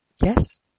yes